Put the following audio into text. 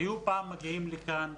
היו פעם מגיעים לכאן.